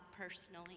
personally